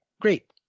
great